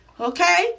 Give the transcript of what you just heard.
Okay